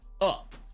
up